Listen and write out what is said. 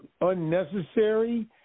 unnecessary